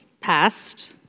passed